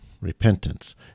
Repentance